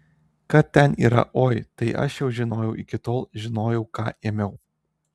kad ten yra oi tai aš jau žinojau iki tol žinojau ką ėmiau